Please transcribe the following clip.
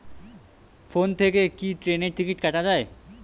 Phone থেকে কি ট্রেনের টিকিট কাটা য়ায়?